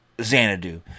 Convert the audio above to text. Xanadu